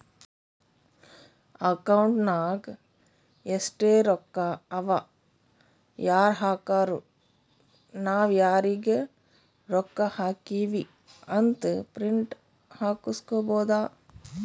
account ನಾಗ್ ಎಸ್ಟ್ ರೊಕ್ಕಾ ಅವಾ ಯಾರ್ ಹಾಕುರು ನಾವ್ ಯಾರಿಗ ರೊಕ್ಕಾ ಹಾಕಿವಿ ಅಂತ್ ಪ್ರಿಂಟ್ ಹಾಕುಸ್ಕೊಬೋದ